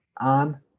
on